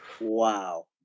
Wow